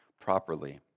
properly